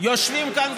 יושבים כאן,